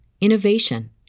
innovation